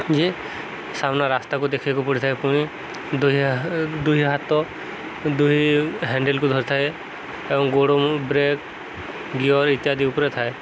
ଯେ ସାମ୍ନା ରାସ୍ତାକୁ ଦେଖିବାକୁ ପଡ଼ିଥାଏ ପୁଣି ଦୁଇ ଦୁଇ ହାତ ଦୁଇ ହାଣ୍ଡେଲକୁ ଧରିଥାଏ ଏବଂ ଗୋଡ଼ ବ୍ରେକ୍ ଗିଅର ଇତ୍ୟାଦି ଉପରେ ଥାଏ